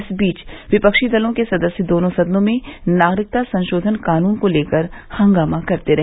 इस बीच विपक्षी दलों के सदस्य दोनों सदनों में नागरिकता संशोधन कानून को लेकर हंगामा करते रहे